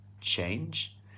change